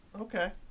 Okay